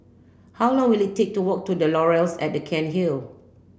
how long will it take to walk to The Laurels at Cairnhill